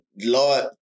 Lord